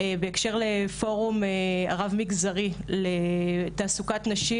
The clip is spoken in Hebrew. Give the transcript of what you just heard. בהקשר לפורום הרב-מגזרי לתעסוקת נשים.